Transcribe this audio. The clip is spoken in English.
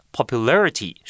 Popularity